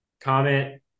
comment